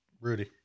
Rudy